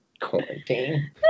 Quarantine